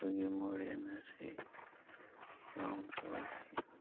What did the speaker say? ꯑꯩꯈꯣꯏꯒꯤ ꯃꯣꯔꯦꯜ ꯑꯁꯤ ꯌꯥꯎꯗ꯭ꯔꯕꯗꯤ